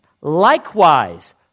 likewise